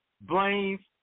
blames